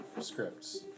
scripts